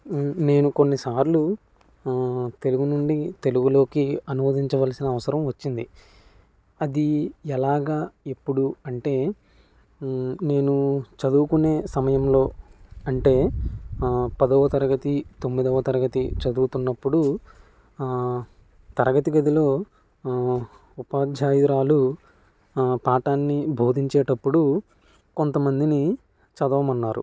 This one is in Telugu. నేను కొన్నిసార్లు తెలుగు నుండి తెలుగులోకి అనువదించవలసిన అవసరం వచ్చింది అది ఎలాగా ఇప్పుడు అంటే నేను చదువుకునే సమయంలో అంటే పదవ తరగతి తొమ్మిదవ తరగతి చదువుతున్నప్పుడు తరగతి గదిలో ఉపాధ్యాయురాలు పాఠాన్ని బోధించేటప్పుడు కొంతమందిని చదవమన్నారు